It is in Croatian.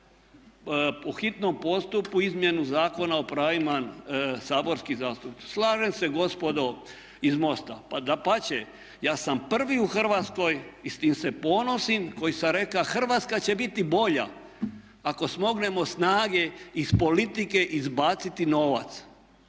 po hitnom postupku izmjenu Zakona o pravima saborskih zastupnika. Slažem se gospodo iz MOST-a. Pa dapače, ja sam prvi u Hrvatskoj i s tim se ponovim koji sam reka Hrvatska će biti bolja ako smognemo snage iz politike izbaciti novac.